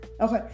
okay